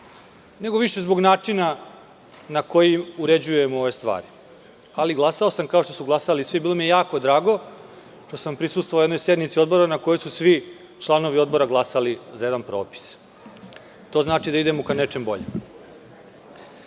nego više zbog načina na koji uređujemo ove stvari. Ali, glasao sam kao što su i svi glasali. Bilo mi je jako drago što sam prisustvovao jednoj sednici Odbora na kojoj su svi članovi Odbora glasali za jedan propis. To znači da idemo ka nečem boljem. Moja